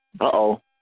Uh-oh